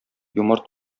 юмарт